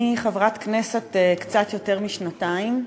אני חברת כנסת קצת יותר משנתיים,